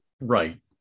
right